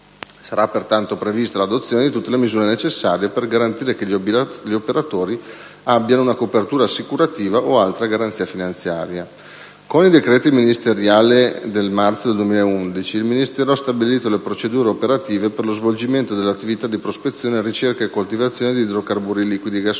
Sarà pertanto prevista l'adozione di tutte le misure necessarie per garantire che gli operatori abbiano una copertura assicurativa o altra garanzia finanziaria. Con i recenti decreti ministeriali 4 e 22 marzo 2011, il Ministero ha stabilito le procedure operative per lo svolgimento delle attività di prospezione, ricerca e coltivazione di idrocarburi liquidi e gassosi